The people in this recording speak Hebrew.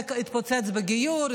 זה התפוצץ בגיור,